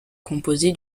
composé